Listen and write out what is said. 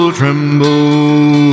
tremble